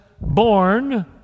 born